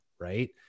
right